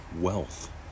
wealth